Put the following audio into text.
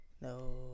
No